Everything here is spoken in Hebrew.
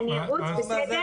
אני ארוץ, בסדר?